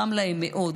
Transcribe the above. חם להם מאוד.